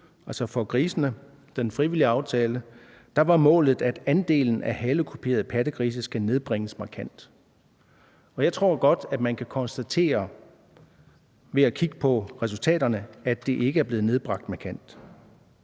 aftale for bedre dyrevelfærd for svin – var målet, at andelen af halekuperede pattegrise skulle nedbringes markant. Jeg tror godt, man kan konstatere ved at kigge på resultaterne, at det ikke er blevet nedbragt markant.